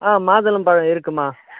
ஆ மாதுளம்பழம் இருக்குதும்மா